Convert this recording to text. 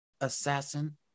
Assassin